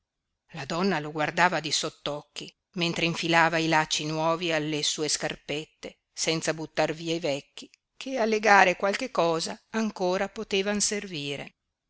la donna lo guardava di sottocchi mentre infilava i lacci nuovi alle sue scarpette senza buttar via i vecchi che a legare qualche cosa ancora potevan servire